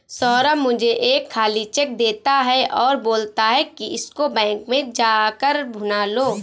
सौरभ मुझे एक खाली चेक देता है और बोलता है कि इसको बैंक में जा कर भुना लो